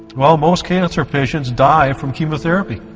well most cancer patients, die from chemotherapy